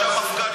זה שהמפכ"ל